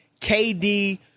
KD